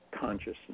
consciousness